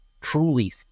truly